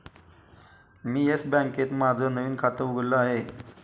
मी Yes बँकेत माझं नवीन खातं उघडलं आहे